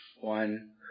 one